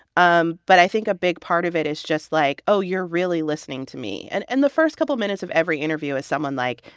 um but i think a big part of it is just like, oh, you're really listening to me. and and the first couple of minutes of every interview is someone, like,